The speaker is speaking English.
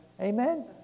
Amen